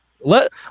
Let